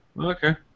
okay